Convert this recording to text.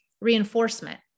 reinforcement